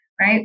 right